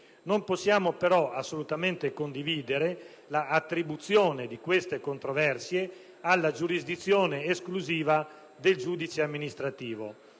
Non possiamo però assolutamente condividere l'attribuzione di queste controversie alla giurisdizione esclusiva del giudice amministrativo,